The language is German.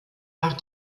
nach